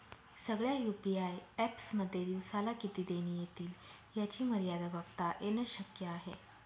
सगळ्या UPI apps मध्ये दिवसाला किती देणी एतील याची मर्यादा बघता येन शक्य आहे